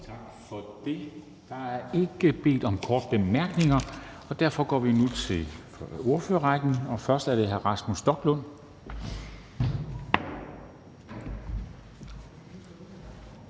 Tak for det. Der er ikke bedt om korte bemærkninger. Derfor går vi nu til ordførerrækken, og det er først hr. Rasmus Stoklund,